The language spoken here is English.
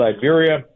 Siberia